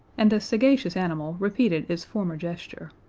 and the sagacious animal repeated its former gesture.